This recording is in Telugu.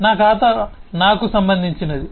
నా ఖాతా నాకు సంబంధించినది